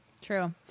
True